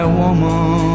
woman